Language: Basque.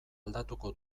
aldatuko